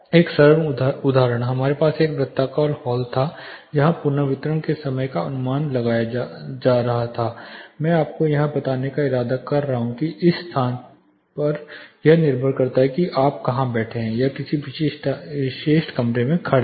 एक सरल उदाहरण हमारे पास एक वृत्ताकार हॉल था जहाँ पुनर्वितरण के समय का अनुमान लगाया गया था मैं यहाँ आपको यह बताने का इरादा कर रहा हूँ कि यह इस स्थान या स्थान पर भी निर्भर करता है जहाँ आप बैठे हैं या किसी विशेष कमरे में खड़े हैं